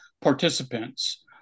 participants